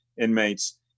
inmates